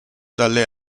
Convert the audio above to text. dalle